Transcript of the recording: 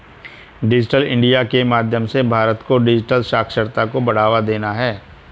digital India के माध्यम से भारत को डिजिटल साक्षरता को बढ़ावा देना है